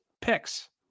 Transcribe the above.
picks